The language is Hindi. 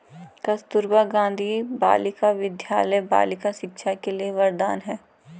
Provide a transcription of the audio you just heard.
कस्तूरबा गांधी बालिका विद्यालय बालिका शिक्षा के लिए वरदान है